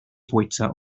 fwyta